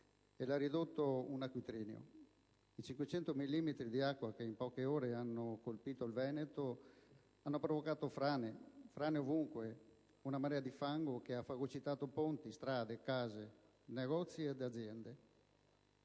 l'ha ridotta un acquitrino. I 500 millimetri di acqua che in poche ore hanno colpito il Veneto hanno provocato frane ovunque, una marea di fango che ha fagocitato ponti, strade, case, negozi ed aziende.